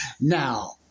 Now